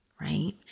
right